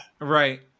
Right